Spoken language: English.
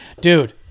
Dude